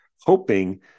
hoping